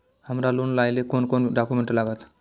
हमरा लोन लाइले कोन कोन डॉक्यूमेंट लागत?